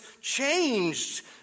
changed